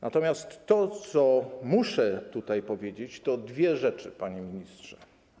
Natomiast to, co muszę powiedzieć, to dwie rzeczy, panie ministrze.